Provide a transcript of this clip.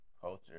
culture